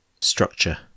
structure